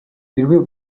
хэрвээ